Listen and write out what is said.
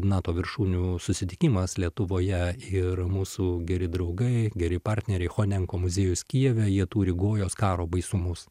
nato viršūnių susitikimas lietuvoje ir mūsų geri draugai geri partneriai honenko muziejus kijeve jie turi gojos karo baisumus